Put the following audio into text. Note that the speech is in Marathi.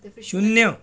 शून्य